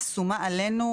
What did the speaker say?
שומה עלינו,